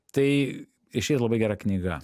tai išeitų labai gera knyga